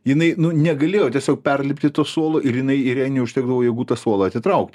jinai nu negalėjo tiesiog perlipti to suolo ir jinai ir jai neužtekdavo jėgų tą suolą atitraukti